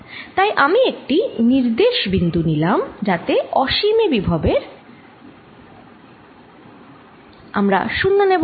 তাই আমি একটি নির্দেশ বিন্দু নিলাম যাতে অসীমে বিভব আমরা শুন্য নেব